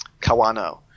Kawano